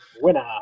Winner